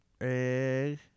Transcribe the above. Egg